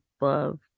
love